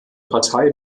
partei